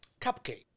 Cupcake